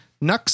Nux